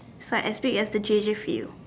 so as big as the J J field